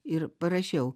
ir parašiau